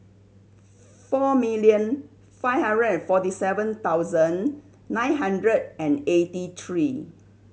four million five hundred and forty seven thousand nine hundred and eighty three